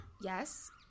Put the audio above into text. Yes